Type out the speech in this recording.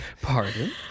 Pardon